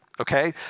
okay